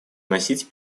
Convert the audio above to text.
вносить